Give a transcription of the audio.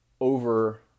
over